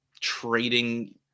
trading